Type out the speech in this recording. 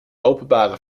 openbare